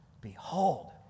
behold